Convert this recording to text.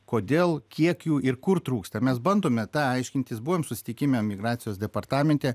kodėl kiek jų ir kur trūksta mes bandome tą aiškintis buvom susitikime migracijos departamente